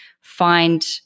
find